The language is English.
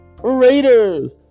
Raiders